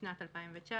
בשנת 2019,